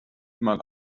einmal